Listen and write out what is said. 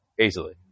easily